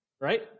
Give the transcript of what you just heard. Right